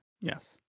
Yes